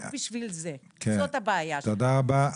תודה רבה.